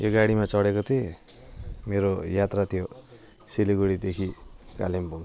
यो गाडीमा चढेको थिएँ मेरो यात्रा थियो सिलगढीदेखि कालिम्पोङ